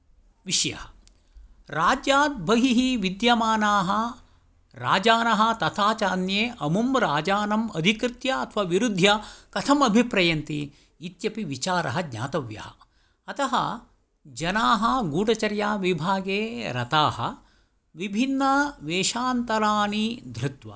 विषयः राज्यात् बहिः विद्यमानाः राजानः तथा च अन्ये अमुम् राजानम् अधिकृत्य अथवा विरूद्ध्य कथम् अभिप्रयन्ति इत्यपि विचारः ज्ञातव्यः अतः जनाः गूढचर्याविभागे रताः विभिन्नवेशान्तराणि धृत्वा